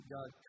God